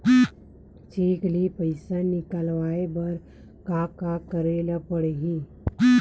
Cheque ले पईसा निकलवाय बर का का करे ल पड़हि?